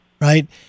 right